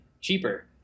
cheaper